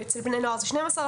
אצל בני נוער זה 12%,